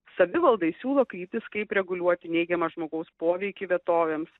savivaldai siūlo kreiptis kaip reguliuoti neigiamą žmogaus poveikį vietovėms